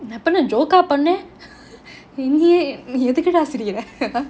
நான் இப்ப என்ன:naan ippa enna joke ah பண்ணேன் ஏன் எதுக்கு டா சிரிக்கிறே:pannen yen yethukku da sirikkire